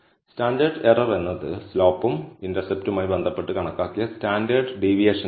standard error എന്നത് സ്ലോപ്പും ഇന്റർസെപ്റ്റുമായി ബന്ധപ്പെട്ട് കണക്കാക്കിയ സ്റ്റാൻഡേർഡ് ഡീവിയേഷനാണ്